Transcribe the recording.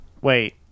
Wait